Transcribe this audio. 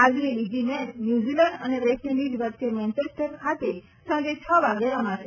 આજની બીજી match New Zealand અને વેસ્ટ ઈન્ડીઝ વચ્ચે મેન્ચેસ્ટર ખાતે સાંજે છ વાગે રમાશે